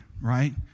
Right